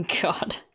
God